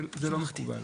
זה לא מקובל.